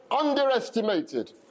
underestimated